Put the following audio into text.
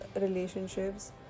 relationships